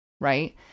right